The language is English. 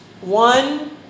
one